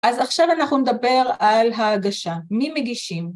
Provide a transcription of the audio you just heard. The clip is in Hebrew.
אז עכשיו אנחנו נדבר על ההגשה. מי מגישים?